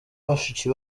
bashiki